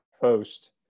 post